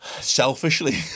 selfishly